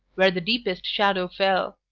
where the deepest shadow fell.